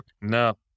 No